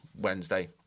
Wednesday